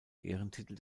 ehrentitel